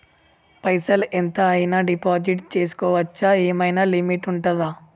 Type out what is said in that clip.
పైసల్ ఎంత అయినా డిపాజిట్ చేస్కోవచ్చా? ఏమైనా లిమిట్ ఉంటదా?